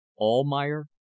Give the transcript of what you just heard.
Almayer